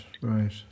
right